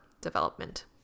development